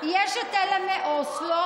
יש את אלה מאוסלו,